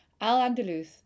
Al-Andalus